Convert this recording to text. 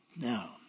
Now